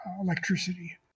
electricity